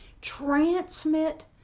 Transmit